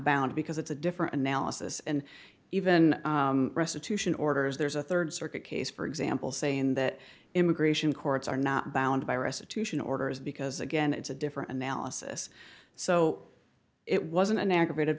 bound because it's a different analysis and even restitution orders there's a rd circuit case for example saying that immigration courts are not bound by restitution orders because again it's a different analysis so it wasn't an aggravated